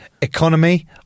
Economy